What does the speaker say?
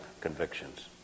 convictions